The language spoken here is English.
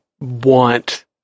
Want